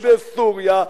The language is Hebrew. ובסוריה,